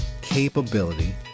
capability